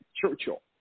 Churchill